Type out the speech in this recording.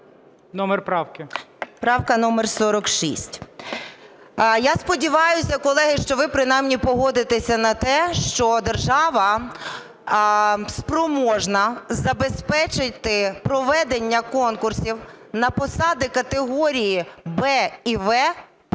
І.О. Правка номер 46. Я сподіваюся, колеги, що ви принаймні погодитеся на те, що держава спроможна забезпечити проведення конкурсів на посади категорії "Б" і "В"